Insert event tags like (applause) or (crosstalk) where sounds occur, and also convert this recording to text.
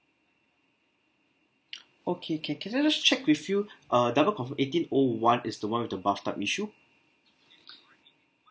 (noise) okay can can I just check with you uh double confirm eighteen O one is the one with the bathtub issue